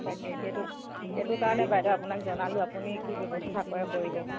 তাকে সেইটো সেইটো কাৰণে বাইদেউ আপোনাক জনালোঁ আপুনি কি ব্যৱস্থা কৰে কৰিব